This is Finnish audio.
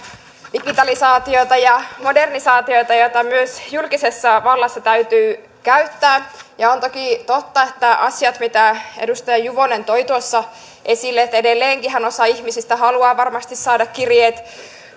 digitalisaatiota ja modernisaatiota jota myös julkisessa vallassa täytyy käyttää ovat toki totta ne asiat mitä edustaja juvonen toi tuossa esille että edelleenkinhän osa ihmisistä haluaa varmasti saada kirjeet